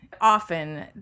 Often